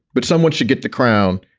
but someone should get the crown.